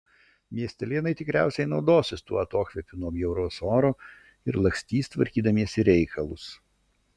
miestelėnai tikriausiai naudosis tuo atokvėpiu nuo bjauraus oro ir lakstys tvarkydamiesi reikalus